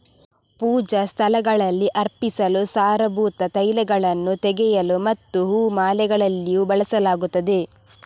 ಪೂಜಾ ಸ್ಥಳಗಳಲ್ಲಿ ಅರ್ಪಿಸಲು, ಸಾರಭೂತ ತೈಲಗಳನ್ನು ತೆಗೆಯಲು ಮತ್ತು ಹೂ ಮಾಲೆಗಳಲ್ಲಿಯೂ ಬಳಸಲಾಗುತ್ತದೆ